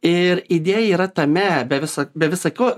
ir idėja yra tame be viso be visa ko